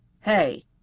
Hey